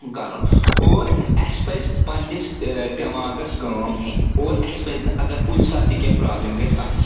کرُن اور اَسہِ پَزِ پننِس دٮ۪ماغس کٲم ہٮ۪نۍ اور اسہِ پزِ نہٕ اگر کُنہِ ساتہٕ تہِ کینٛہہ پرابلم گژھِ اتھ